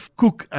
cook